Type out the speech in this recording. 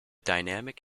dynamic